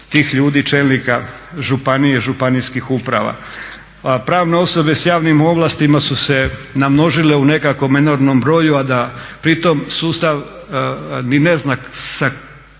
tih ljudi, čelnika županije, županijskih uprava. A pravne osobe s javnim ovlastima su se namnožile u nekakvom enormnom broju, a da pritom sustav ni ne zna sa